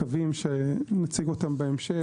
קווים שנציג אותם בהמשך,